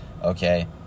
okay